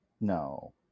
No